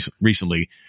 recently